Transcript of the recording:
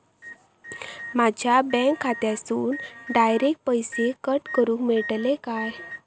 माझ्या बँक खात्यासून डायरेक्ट पैसे कट करूक मेलतले काय?